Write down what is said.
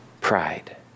Pride